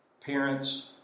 parents